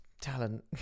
talent